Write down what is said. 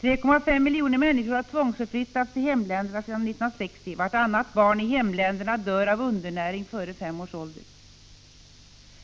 3,5 miljoner människor har tvångsförflyttats till hemländerna sedan 1960. Vartannat barn i ”hemländerna” dör av undernäring före fem års ålder.